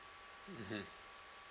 mmhmm